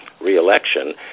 re-election